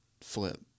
flip